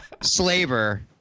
slaver